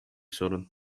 sorun